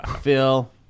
Phil